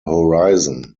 horizon